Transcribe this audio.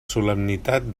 solemnitat